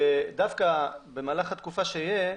ודווקא במהלך התקופה שתהיה,